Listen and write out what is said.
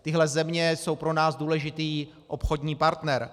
Tyhle země jsou pro nás důležitým obchodním partnerem.